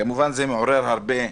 כמובן, זה מעורר הרבה,